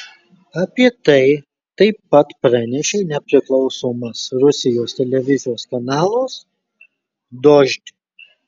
apie tai taip pat pranešė nepriklausomas rusijos televizijos kanalas dožd